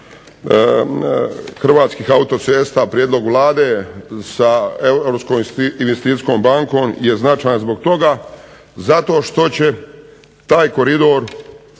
Hrvatskih autocesta prijedlog Vlade sa Europskom investicijskom bankom je značajan zbog toga zato što će taj koridor,